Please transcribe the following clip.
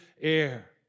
air